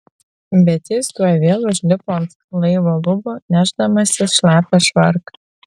bet jis tuoj vėl užlipo ant laivo lubų nešdamasis šlapią švarką